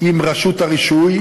עם רשות הרישוי,